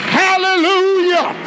hallelujah